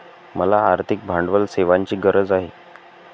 मला आर्थिक भांडवल सेवांची गरज आहे